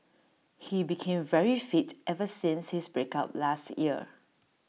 he became very fit ever since his break up last year